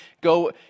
go